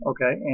Okay